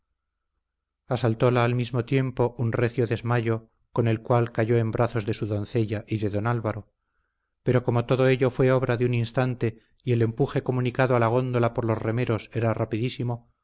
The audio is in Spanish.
al mismo tiempo un recio desmayo con el cual cayó en brazos de su doncella y de don álvaro pero como todo ello fue obra de un instante y el empuje comunicado a la góndola por los remeros era rapidísimo